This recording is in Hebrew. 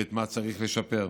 ואת מה צריך לשפר.